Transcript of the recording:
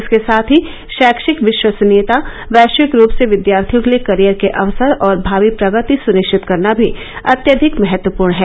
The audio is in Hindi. इसके साथ ही शैक्षिक विश्वसनीयता वैश्विक रूप से विद्यार्थियों के लिए करियर के अवसर और भावी प्रगति सुनिश्चित करना भी अत्यधिक महत्वपूर्ण है